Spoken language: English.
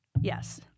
Yes